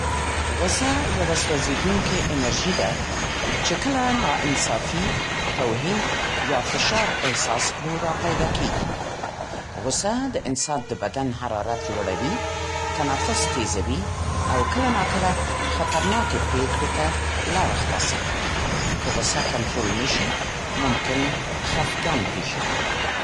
غوسه یوه سوځېدونکې انرژي ده، چې کله ناانصافي، توهین یا فشار احساس کړو، راپیدا کېږي. غوسه د انسان د بدن حرارت لوړوي، تنفس تېزوي، او کله ناکله خطرناکې پرېکړې ته لاره خلاصوي. که غوسه کنترول نه شي ممکن خفګان پېښ کړي.